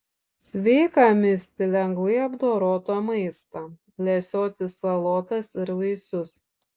sveika misti lengvai apdorotą maistą lesioti salotas ir vaisius